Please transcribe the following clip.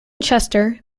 chester